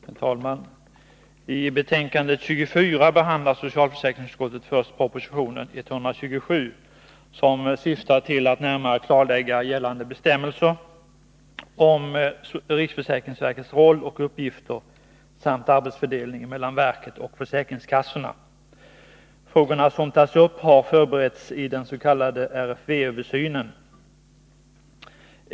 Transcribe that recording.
Herr talman! I betänkande 24 behandlar socialförsäkringsutskottet först proposition 127, som syftar till att närmare klarlägga gällande bestämmelser om riksförsäkringsverkets roll och uppgifter samt arbetsfördelningen mellan verket och försäkringskassorna. Frågorna som tas upp har förberetts i den s.k. RFV-översynen.